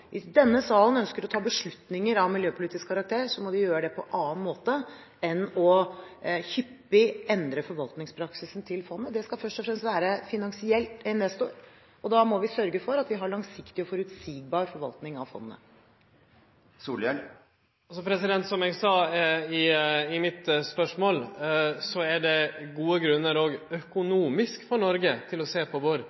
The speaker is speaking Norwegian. denne salen ønsker å ta beslutninger av miljøpolitisk karakter, må det gjøres på en annen måte enn hyppig å endre forvaltningspraksisen av fondet. Det skal først og fremst være en finansiell investor. Da må vi sørge for at vi har en langsiktig og forutsigbar forvaltning av fondet. Som eg sa i i mitt spørsmål, er det gode